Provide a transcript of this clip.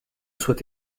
soit